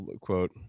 quote